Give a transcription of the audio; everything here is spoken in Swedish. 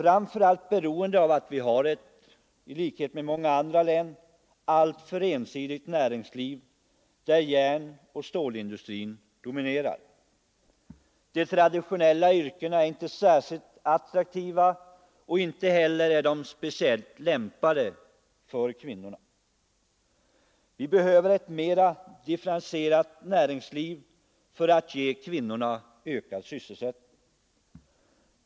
Det beror framför allt på att vi, i likhet med många andra län, har ett alltför ensidigt näringsliv, där järnoch stålindustrin dominerar. De traditionella yrkena är inte särskilt attraktiva, och inte heller är de speciellt lämpade för kvinnorna. Vi behöver ett mera differentierat näringsliv för att ge kvinnorna ökad sysselsättning.